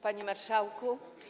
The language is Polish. Panie Marszałku!